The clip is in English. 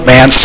Man